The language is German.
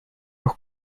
auch